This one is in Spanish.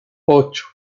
ocho